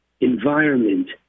environment